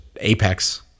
apex